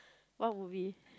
what movie